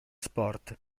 sport